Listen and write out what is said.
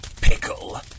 pickle